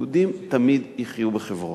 יהודים תמיד יחיו בחברון.